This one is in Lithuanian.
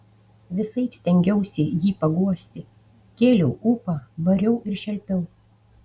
visaip stengiausi jį paguosti kėliau ūpą bariau ir šelpiau